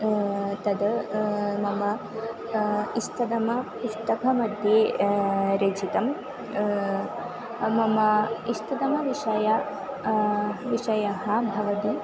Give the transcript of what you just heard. तत् मम इष्टतमपुस्तकमध्ये रचितं मम इष्टतमविषयः विषयः भवति